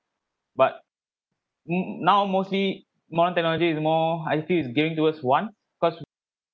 but now mostly modern technology is more I feel is giving to us wants cause